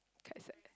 quite sad